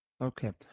Okay